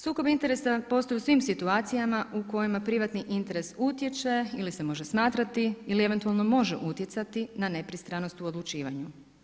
Sukob interesa postoji u svim situacijama u kojem privatni interes utječe ili se može smatrati ili eventualno može utjecati na nepristranost u odlučivanju.